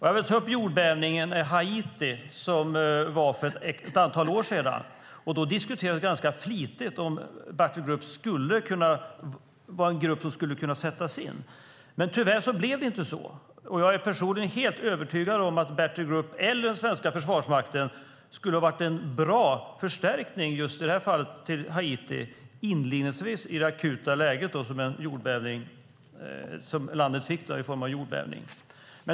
Jag vill ta upp jordbävningen i Haiti för ett antal år sedan. Då diskuterades ganska flitigt om battle group var en grupp som skulle kunna sättas in, men tyvärr blev det inte så. Jag är personligen helt övertygad om att battle group eller svenska försvarsmakten skulle ha varit en bra förstärkning inledningsvis, i det akuta läget, vid jordbävningen i Haiti.